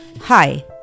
Hi